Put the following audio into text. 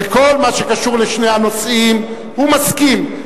בכל מה שקשור לשני הנושאים, הוא מסכים.